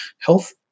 health